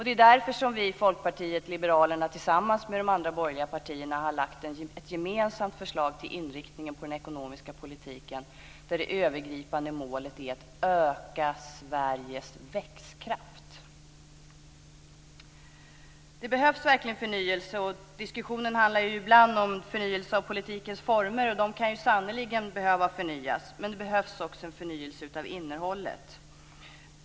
Det är därför som vi i Folkpartiet liberalerna och de andra borgerliga partierna har lagt fram ett gemensamt förslag till inriktning på den ekonomiska politiken där det övergripande målet är att öka Sveriges växtkraft. Det behövs verkligen förnyelse. Diskussionen handlar ju ibland om förnyelse av politikens former, och de kan sannerligen behöva förnyas. Men det behövs också en förnyelse av innehållet.